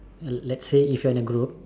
lets say you are in a group